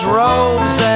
robes